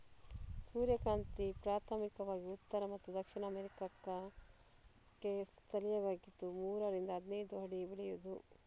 ಸೂರ್ಯಕಾಂತಿ ಪ್ರಾಥಮಿಕವಾಗಿ ಉತ್ತರ ಮತ್ತು ದಕ್ಷಿಣ ಅಮೇರಿಕಾಕ್ಕೆ ಸ್ಥಳೀಯವಾಗಿದ್ದು ಮೂರರಿಂದ ಹದಿನೈದು ಅಡಿ ಬೆಳೆಯುವುದು